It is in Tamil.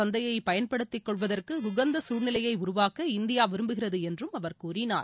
சந்தையைபயன்படுத்திகொள்வதற்குஉகந்தசூழ்நிலையைஉருவாக்க இந்தியாவின் இந்தியாவிரும்புகிறதுஎன்றும் அவர் கூறினார்